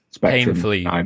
painfully